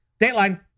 Dateline